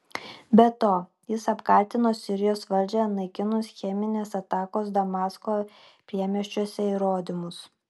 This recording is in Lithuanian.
be to jis apkaltino sirijos valdžią naikinus cheminės atakos damasko priemiesčiuose įrodymus